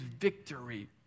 victory